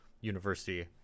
university